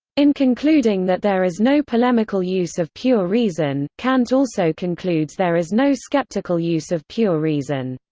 in concluding that there is no polemical use of pure reason, kant also concludes there is no skeptical use of pure reason.